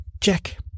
Check